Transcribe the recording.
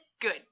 Good